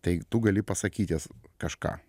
tai tu gali pasakyti jas kažką